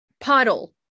puddle